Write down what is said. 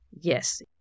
yes